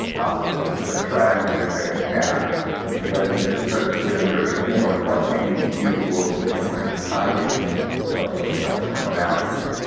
opposites attract and then they attack because it starts to get under their skin like, why can't you view the world the same way i do especially when it comes to my values?